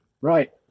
Right